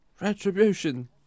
Retribution